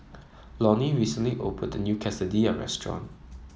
Lonie recently opened a new Quesadilla Restaurant